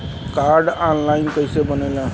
Card online कइसे बनेला?